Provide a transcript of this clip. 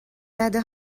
رده